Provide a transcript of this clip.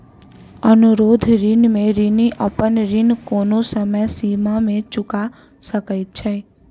अनुरोध ऋण में ऋणी अपन ऋण कोनो समय सीमा में चूका सकैत छै